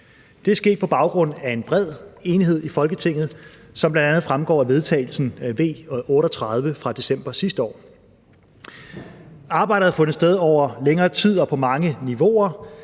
Det er sket på baggrund af en bred enighed i Folketinget, som bl.a. fremgår af forslag til vedtagelse V 38 fra december sidste år. Arbejdet har fundet sted over længere tid og på mange niveauer.